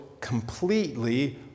completely